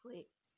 会